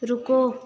रुको